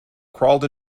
crawled